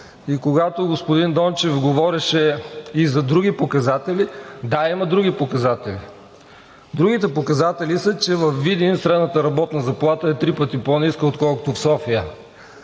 И когато господин Дончев говореше и за други показатели, да, има други показатели. Другите показатели са, че във Видин средната работна заплата е три пъти по-ниска, отколкото в София.